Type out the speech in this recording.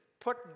put